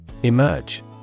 Emerge